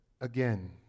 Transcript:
Again